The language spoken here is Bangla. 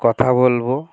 কথা বলব